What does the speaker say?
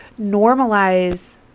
normalize